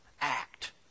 act